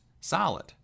solid